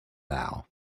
now